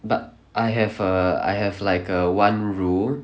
but I have a I have like a one rule